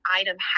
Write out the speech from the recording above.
item